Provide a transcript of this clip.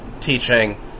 teaching